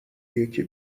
یکی